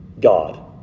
God